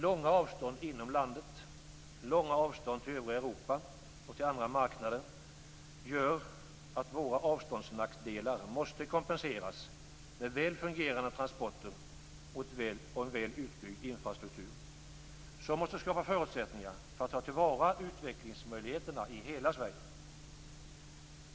Långa avstånd inom landet, till övriga Europa och till andra marknader gör att våra avståndsnackdelar måste kompenseras med väl fungerande transporter och en väl utbyggd infrastruktur som måste skapa förutsättningar för att ta till vara utvecklingsmöjligheterna i hela Sverige.